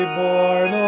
born